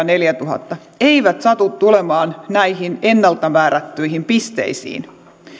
neljätuhatta eivät satu tulemaan näihin ennalta määrättyihin pisteisiin